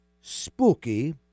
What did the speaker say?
spooky